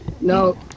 no